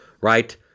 Right